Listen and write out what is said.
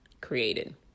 created